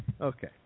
Okay